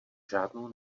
žádnou